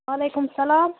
وعلیکُم السَلام